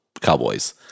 Cowboys